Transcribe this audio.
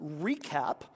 recap